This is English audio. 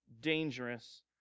dangerous